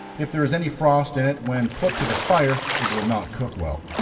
if there is any frost in it when put to the fire, it will not cook well.